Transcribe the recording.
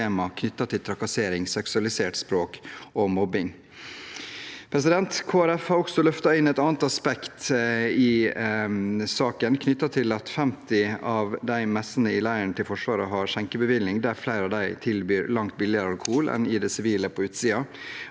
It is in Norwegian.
knyttet til trakassering, seksualisert språk og mobbing. Kristelig Folkeparti har også løftet inn et annet aspekt i saken knyttet til at 50 av messene i leirene til Forsvaret har skjenkebevilling, og flere av dem tilbyr langt billigere alkohol enn i det sivile på utsiden.